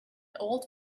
old